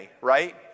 right